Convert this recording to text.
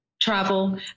travel